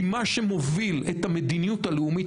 כי מה שמוביל את המדיניות הלאומית